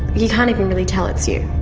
you can't even really tell it's you.